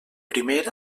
primer